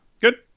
Good